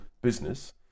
business